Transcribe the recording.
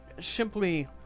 simply